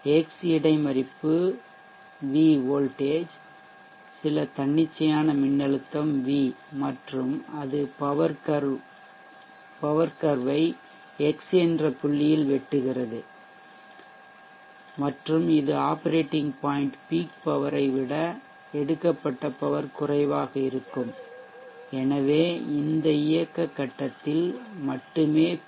X இடைமறிப்பு V சில தன்னிச்சையான மின்னழுத்தம் வி மற்றும் அது Power curve ஐ எக்ஸ் என்ற புள்ளியில் வெட்டுகிறது மற்றும் இது ஆப்பரேட்டிங் பாய்ன்ட் peak Power ஐ விட எடுக்கப்பட்ட பவர் குறைவாக இருக்கும் எனவே இந்த இயக்க கட்டத்தில் மட்டுமே பி